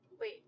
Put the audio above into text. Wait